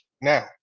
now